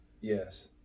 Yes